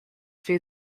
food